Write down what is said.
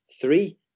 Three